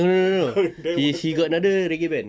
no no no he he got another reggae band